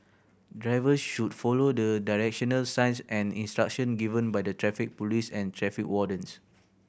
drivers should follow the directional signs and instructions given by the Traffic Police and traffic wardens